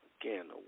Again